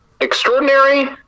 extraordinary